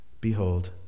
Behold